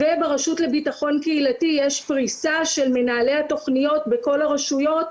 ברשות לביטחון קהילתי יש פריסה של מנהלי התוכניות בכל הרשויות,